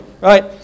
Right